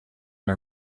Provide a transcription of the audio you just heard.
her